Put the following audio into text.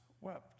wept